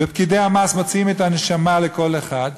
ופקידי המס מוציאים את הנשמה לכל אחד,